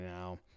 now